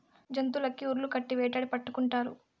జంతులకి ఉర్లు కట్టి వేటాడి పట్టుకుంటారు